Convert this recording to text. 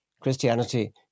Christianity